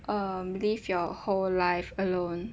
um live your whole life alone